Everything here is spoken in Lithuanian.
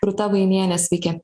rūta vainienė sveiki